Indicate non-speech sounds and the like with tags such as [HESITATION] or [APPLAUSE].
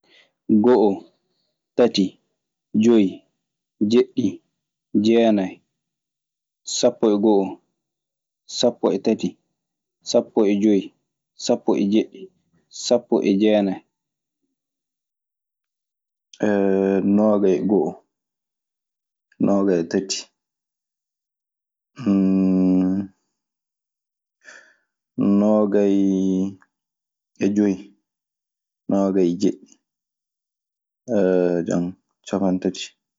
Go'o, tati, joyi, dieɗɗi, dienaye, sapo e go'o, sapo e tati, sapoe joyi, sapo e dieɗɗi, sapo e nienaye [HESITATION] noogay e go'o, noogay e tati, [HESITATION] noogay e joyi, noogay e jeeɗiɗi, cappanɗe tati.